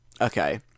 Okay